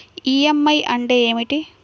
EMI అంటే ఏమిటి?